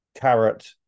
Carrot